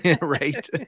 right